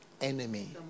enemy